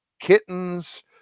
kittens